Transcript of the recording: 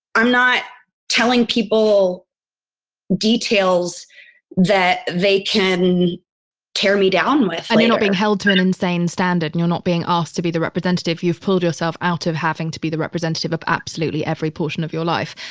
i'm not telling people details that they can tear me down with later and you're not being held to an insane standard. you're not being asked to be the representative. you've pulled yourself out of having to be the representative of absolutely every portion of your life.